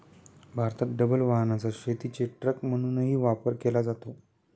भारतात डबल वाहनाचा शेतीचे ट्रक म्हणूनही वापर केला जातो